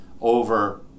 over